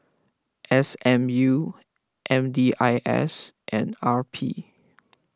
S M U M D I S and R P